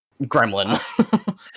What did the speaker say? gremlin